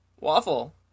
Waffle